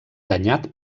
danyat